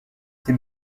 ses